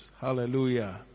Hallelujah